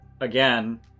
again